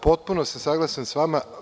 Dakle, potpuno sam saglasan sa vama.